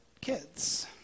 kids